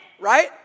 right